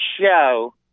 show